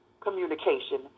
communication